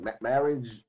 Marriage